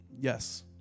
yes